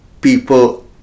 people